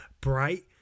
bright